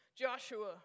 Joshua